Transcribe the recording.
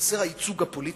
חסר הייצוג הפוליטי,